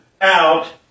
out